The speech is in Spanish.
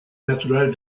natural